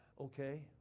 okay